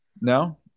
No